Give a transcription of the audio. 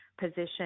position